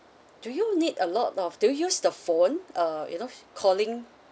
do you need a lot of do you use the phone uh you know calling